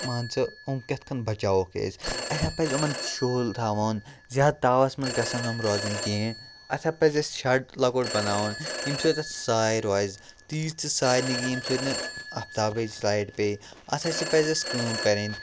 مان ژٕ یِم کِتھ کٔنۍ بَچاوکھ أسۍ اَسہِ ہا پَزِ یِمَن شُہُل تھاوُن زیادٕ تاوَس منٛز گژھَن نہٕ یِم روزٕنۍ کِہیٖنۍ اَتھ ہا پَزِ اَسہِ شَڈ لۄکُٹ بَناوُن ییٚمہِ سۭتۍ اَتھ ساے روزِ تیٖژ تہِ ساے نہٕ یہِ ییٚمہِ سۭتۍ نہٕ آفتابچ لایٹِ پے اَتھ ہاسے پَزِ اَسہِ کٲم کَرٕنۍ